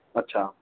अछा